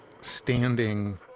standing